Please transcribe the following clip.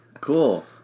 cool